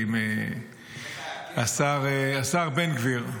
השר בן גביר,